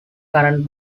currant